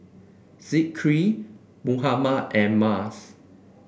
Zikri Muhammad and Mas